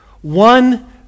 One